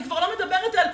אני כבר לא מדברת על,